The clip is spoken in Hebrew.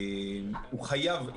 הוא חייב,